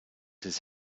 his